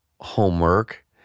homework